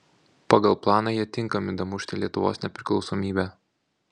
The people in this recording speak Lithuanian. pagal planą jie tinkami damušti lietuvos nepriklausomybę